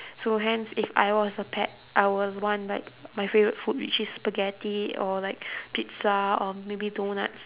so hence if I was a pet I will want like my favourite food which is spaghetti or like pizza or maybe doughnuts